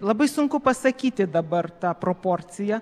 labai sunku pasakyti dabar tą proporciją